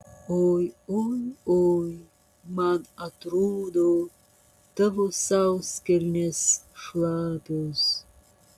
oi oi oi man atrodo tavo sauskelnės šlapios